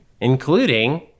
including